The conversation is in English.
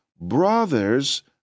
Brothers